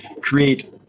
create